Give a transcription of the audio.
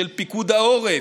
של פיקוד העורף,